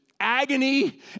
Agony